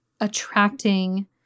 attracting